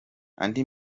andi